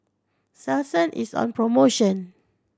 Selsun is on promotion